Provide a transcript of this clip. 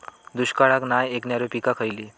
दुष्काळाक नाय ऐकणार्यो पीका खयली?